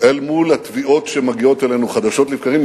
אל מול התביעות שמגיעות אלינו חדשות לבקרים,